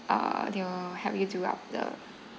uh they'll help you do up the